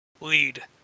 lead